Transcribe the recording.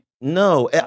No